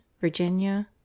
Virginia